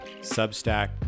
Substack